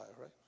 right